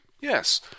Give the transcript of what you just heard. Yes